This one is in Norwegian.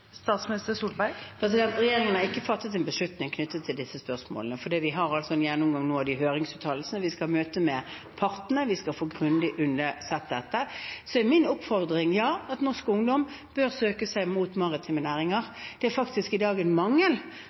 Regjeringen har ikke fattet en beslutning knyttet til disse spørsmålene, for vi har altså en gjennomgang av høringsuttalelsene nå. Vi skal ha møte med partene, og vi skal få sett grundig på dette. Min oppfordringer er at ja, norsk ungdom bør søke seg mot maritime næringer. I dag er det faktisk en mangel på norsk ungdom som søker seg til maritime næringer, en mangel